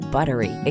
Buttery